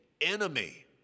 enemy